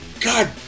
God